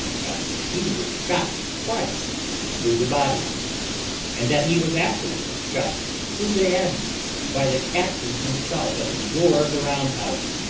after he was shot twice through the body and that he was afterwards shot through the head by the captain himself at the door of the round-house,